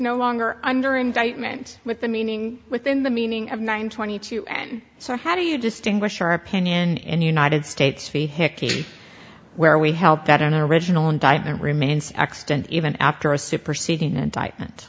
no longer under indictment with the meaning within the meaning of nine twenty two and so how do you distinguish your opinion in the united states v hickey where we help that an original indictment remains extant even after a superseding indictment